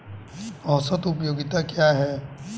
औसत उपयोगिता क्या है?